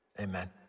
amen